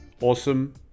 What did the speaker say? awesome